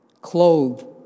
clothed